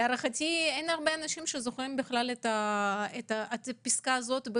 להערכתי אין הרבה אנשים שזוכרים את הפסקה הזאת.